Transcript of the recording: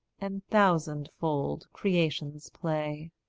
and thousandfold creation's play.